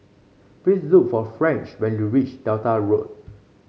please look for French when you reach Delta Road